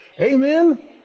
Amen